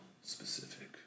specific